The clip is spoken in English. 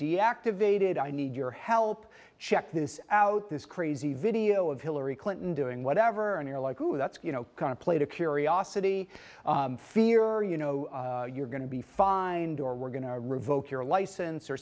deactivated i need your help check this out this crazy video of hillary clinton doing whatever and you're like ooh that's kind of played a curiosity fear or you know you're going to be fined or we're going to revoke your license or